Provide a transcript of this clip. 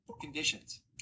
Conditions